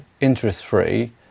interest-free